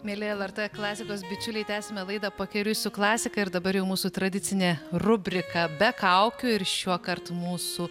mieli lrt klasikos bičiuliai tęsime laidą pakeliui su klasika ir dabar jau mūsų tradicinė rubrika be kaukių ir šiuokart mūsų